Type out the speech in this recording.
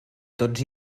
tots